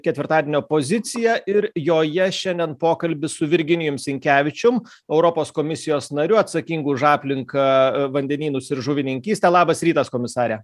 ketvirtadienio pozicija ir joje šiandien pokalbis su virginijum sinkevičium europos komisijos nariu atsakingu už aplinką vandenynus ir žuvininkystę labas rytas komisare